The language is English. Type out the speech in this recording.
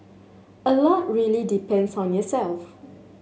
a lot really depends on yourself